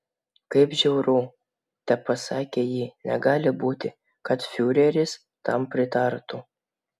kaip žiauru tepasakė ji negali būti kad fiureris tam pritartų